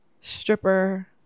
stripper